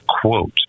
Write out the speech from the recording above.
quote